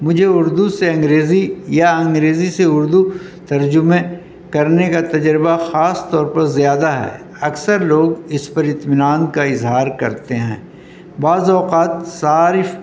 مجھے اردو سے انگریزی یا انگریزی سے اردو ترجمے کرنے کا تجربہ خاص طور پر زیادہ ہے اکثر لوگ اس پر اطمینان کا اظہار کرتے ہیں بعض اوقات صارف